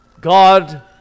God